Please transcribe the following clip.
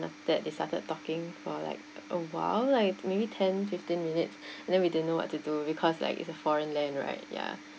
that they started talking for like a while I think maybe ten fifteen minutes and then we didn't know what to do because like it's a foreign land right ya